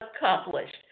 accomplished